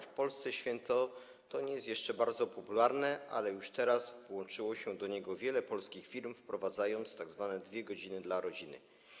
W Polsce to święto nie jest jeszcze bardzo popularne, ale już teraz włączyło się w to wiele polskich firm, wprowadzając tzw. dwie godziny dla rodziny.